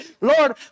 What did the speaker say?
Lord